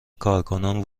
کارکنان